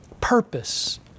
purpose